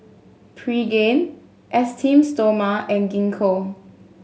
Pregain Esteem Stoma and Gingko